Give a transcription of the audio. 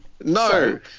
No